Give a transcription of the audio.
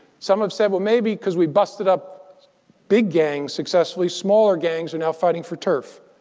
some have said, well, maybe because we busted up big gangs successfully, smaller gangs are now fighting for turf.